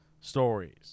stories